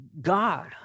God